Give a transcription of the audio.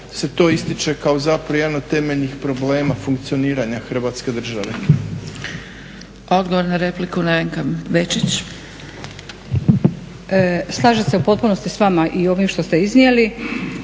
se to ističe kao zapravo jedan od temeljnih problema funkcioniranja Hrvatske države.